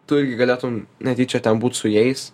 tu irgi galėtum netyčia ten būti su jais